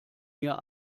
mir